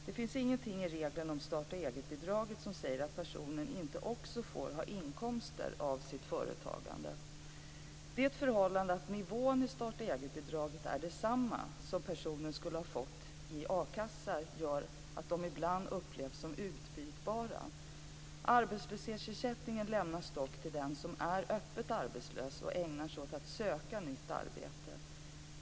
Det finns ingenting i reglerna om starta-eget-bidraget som säger att personen inte också får ha inkomster av sitt företagande. Det förhållandet att nivån i starta-eget-bidraget är densamma som personen skulle ha fått i a-kassan gör att de ibland upplevs som utbytbara. Arbetslöshetsersättning lämnas dock till den som är öppet arbetslös och ägnar sig åt att söka nytt arbete.